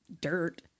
dirt